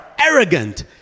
arrogant